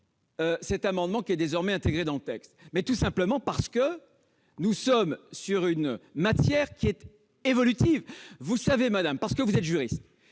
commission, qui est désormais intégré dans le texte, tout simplement parce que nous sommes sur une matière qui est évolutive. Vous savez, parce que vous êtes juriste,